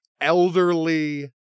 elderly